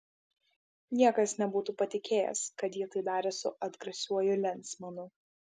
niekas nebūtų patikėjęs kad ji tai darė su atgrasiuoju lensmanu